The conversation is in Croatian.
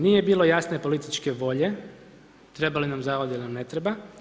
Nije bilo jasne političke volje, treba li nam Zavod ili nam ne treba.